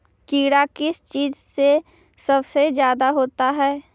कीड़ा किस चीज से सबसे ज्यादा होता है?